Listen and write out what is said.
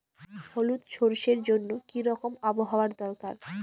হলুদ সরষে জন্য কি রকম আবহাওয়ার দরকার?